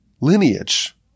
lineage